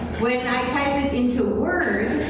when i type it into word,